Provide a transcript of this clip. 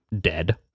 dead